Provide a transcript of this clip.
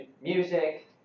music